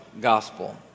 Gospel